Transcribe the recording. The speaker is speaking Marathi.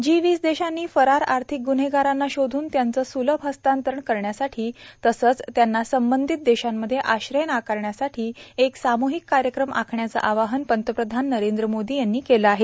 जी वीस देशांनी फरार आर्थिक ग्न्हेगारांना शोधून त्यांचं स्लभ हस्तांतरण करण्यासाठी तसंच त्यांना संबंधित देशांमध्ये आश्रय नाकारण्यासाठी एक साम्हीक कार्यक्रम आखण्याचं आवाहन पंतप्रधान नरेंद्र मोदी यांनी केलं आहे